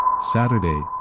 Saturday